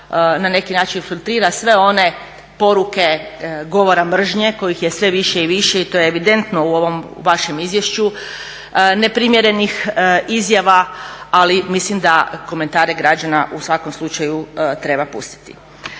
na neki način filtrira sve one poruke govora mržnje kojih je sve više i više i to je evidentno u ovom vašem izvješću, neprimjerenih izjava ali mislim da komentare građana u svakom slučaju treba pustiti.